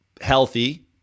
healthy